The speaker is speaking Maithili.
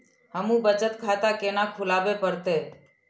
हमू बचत खाता केना खुलाबे परतें?